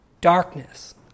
darkness